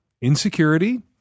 insecurity